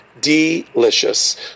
Delicious